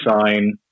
sign